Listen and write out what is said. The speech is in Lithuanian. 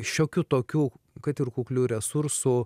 šiokiu tokiu kad ir kukliu resursu